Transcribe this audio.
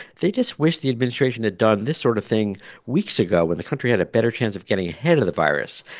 they just wish the administration had done this sort of thing weeks ago, when the country had a better chance of getting ahead of the virus.